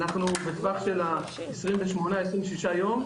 אנחנו בטווח של ה-28-26 יום,